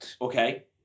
Okay